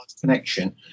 connection